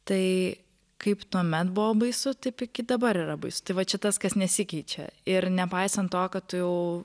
tai kaip tuomet buvo baisu taip iki dabar yra baisu tai va čia tas kas nesikeičia ir nepaisant to kad tu jau